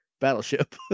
battleship